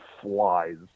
flies